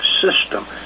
system